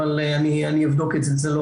אבל אני אבדוק את זה,